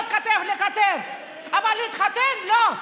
להיות כתף אל כתף, אבל להתחתן, לא.